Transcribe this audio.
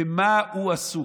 במה הוא עסוק?